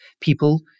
people